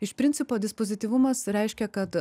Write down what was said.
iš principo pozityvumas reiškia kad